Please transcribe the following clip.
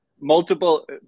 multiple